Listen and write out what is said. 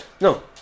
No